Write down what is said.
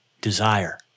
desire